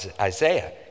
Isaiah